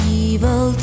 evil